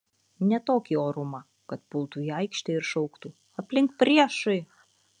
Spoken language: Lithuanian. ne tokį orumą kad pultų į aikštę ir šauktų aplink priešai